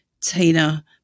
Tina